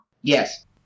Yes